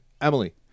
Emily